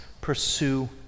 Pursue